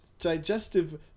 digestive